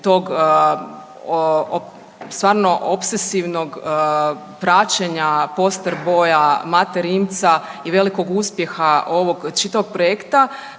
tog stvarno opsesivnog praćenja poster boja Mate Rimca i velikog uspjeha ovog čitavog projekta